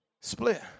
Split